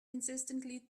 insistently